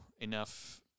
enough